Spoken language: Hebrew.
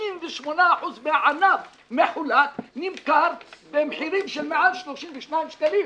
98% מהענף מחולק נמכר במחירים של מעל 32 שקלים.